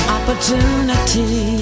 Opportunity